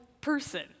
person